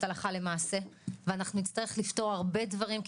הלכה למעשה ואנחנו נצטרך לפתור הרבה דברים,